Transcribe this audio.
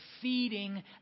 feeding